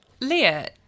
Leah